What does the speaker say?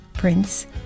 Prince